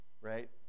right